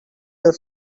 your